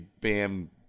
Bam